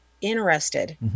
interested